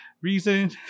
reason